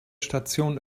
station